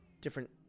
different